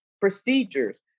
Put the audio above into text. procedures